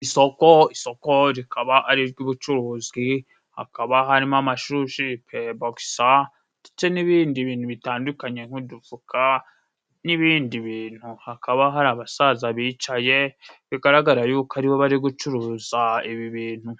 Isoko isoko rikaba ari iry'ubucuruzi, hakaba harimo: amashujipe, bokisa, ndetse n'ibindi bintu bitandukanye: nk'udufuka n'ibindi bintu, hakaba hari abasaza bicaye bigaragara yuko aribo bari gucuruza ibi bintu.